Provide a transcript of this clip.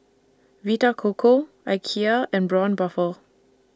Vita Coco Ikea and Braun Buffel